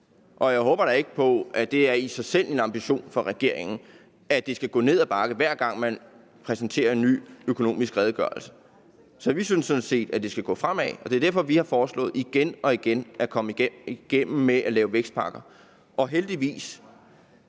Og jeg håber da ikke, at det i sig selv er en ambition for regeringen, at det skal gå ned ad bakke, hver gang man præsenterer en ny Økonomisk Redegørelse. Så vi synes sådan set, at det skal gå fremad, og det er derfor, vi igen og igen har prøvet at komme igennem med at lave vækstpakker. Heldigvis